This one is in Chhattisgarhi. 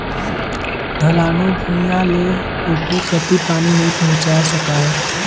ढलानू भुइयां ले उपरे कति पानी नइ पहुचाये सकाय